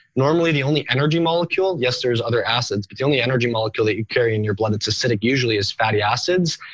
normally the only energy molecule, yes, there's other acids but the only energy molecule that you carry in your blood, it's acidic usually is fatty acids.